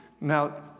Now